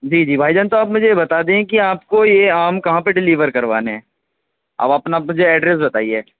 جی جی بھائی جان تو آپ مجھے یہ بتا دیں کہ آپ کو یہ آم کہاں پہ ڈیلیور کروانے ہیں آپ اپنا مجھے ایڈریس بتائیے